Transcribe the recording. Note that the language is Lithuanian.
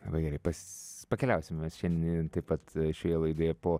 labai gerai pas pakeliausim mes šiandien taip pat šioje laidoje po